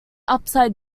upside